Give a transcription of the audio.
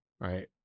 Right